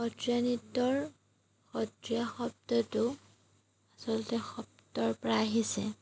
সত্ৰীয়া নৃত্যৰ সত্ৰীয়া শব্দটো আচলতে সত্ৰৰ পৰা আহিছে